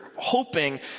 hoping